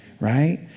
right